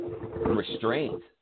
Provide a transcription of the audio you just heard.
restraint